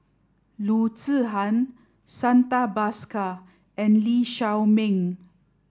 Loo Zihan Santha Bhaskar and Lee Shao Meng